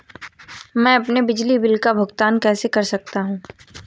मैं अपने बिजली बिल का भुगतान कैसे कर सकता हूँ?